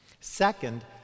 Second